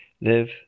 live